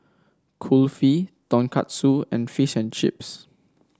Kulfi Tonkatsu and Fish and Chips